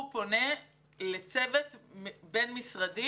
הוא פונה לצוות בין-משרדי,